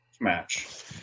match